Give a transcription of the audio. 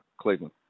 Cleveland